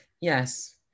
Yes